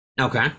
Okay